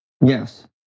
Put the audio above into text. Yes